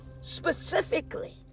specifically